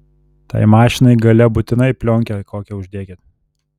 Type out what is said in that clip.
tai mašinai gale būtinai plionkę kokią uždėkit